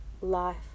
life